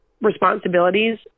responsibilities